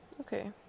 Okay